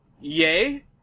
Yay